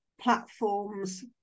platforms